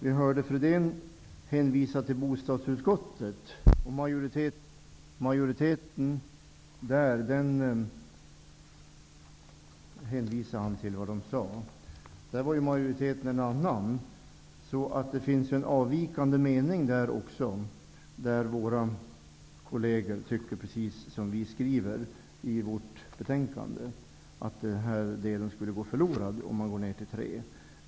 Vi hörde Lennart Fridén hänvisa till majoriteten i bostadsutskottet. Där var majoriteten en annan. Det finns en avvikande mening. Våra kolleger tycker precis som vi att den här delen skulle gå förlorad om man går ner till tre.